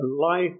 life